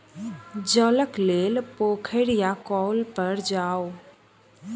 जलक लेल पोखैर या कौल पर जाऊ